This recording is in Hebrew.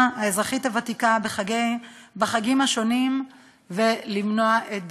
האזרחית הוותיקה בחגים ולמנוע את בדידותם.